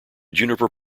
juniper